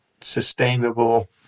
sustainable